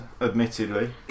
admittedly